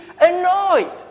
annoyed